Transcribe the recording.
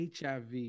HIV